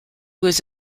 was